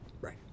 Right